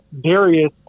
Darius